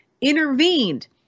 intervened